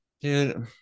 dude